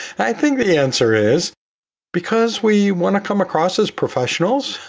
i think the answer is because we want to come across as professionals.